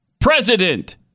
President